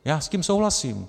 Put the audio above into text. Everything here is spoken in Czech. Já s tím souhlasím.